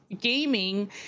gaming